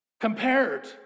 compared